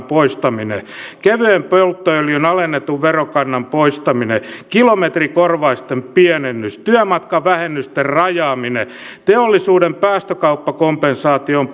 poistaminen kevyen polttoöljyn alennetun verokannan poistaminen kilometrikorvausten pienennys työmatkavähennysten rajaaminen teollisuuden päästökauppakompensaation